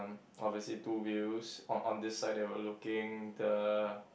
um obviously two wheels on on this side they were looking the